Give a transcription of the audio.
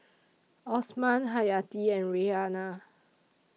Osman Hayati and Raihana